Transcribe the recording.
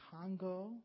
Congo